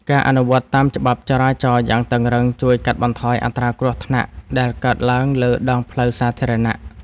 ការអនុវត្តតាមច្បាប់ចរាចរណ៍យ៉ាងតឹងរ៉ឹងជួយកាត់បន្ថយអត្រាគ្រោះថ្នាក់ដែលកើតឡើងលើដងផ្លូវសាធារណៈ។